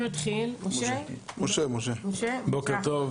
בוקר טוב,